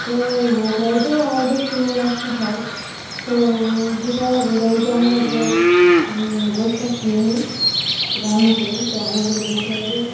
তো বোকরা ঈদে আমাদের সেমাই হয় তো যেটা রোজার ঈদে আমরা যে গোষটা খেয়ে নিই রান্না করি তো আমাদের বোকরা ঈদে